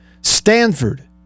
Stanford